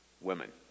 women